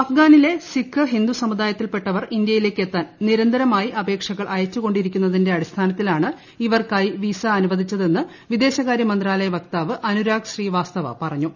അഫ്ഗാനിലെ സിഖ് ഹിന്ദു സമുദായത്തിൽപെട്ടവർ ഇന്ത്യയിലേക്ക് എത്താൻ നിരന്തരമായി അപേക്ഷകൾ അയച്ചുകൊണ്ടിരിക്കുന്നതിന്റെ അടിസ്ഥാനത്തിലാണ് ഇവർക്കായി വിസ് ് അനുവദിച്ചത് എന്ന് വിദേശകാരൃ മന്ത്രാലയ വക്താവ് ആറ്റുരാഗ് ശ്രീവാസ്തവ പറഞ്ഞു